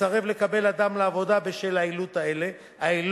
לסרב לקבל אדם לעבודה בשל העילות האלה.